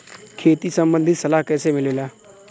खेती संबंधित सलाह कैसे मिलेला?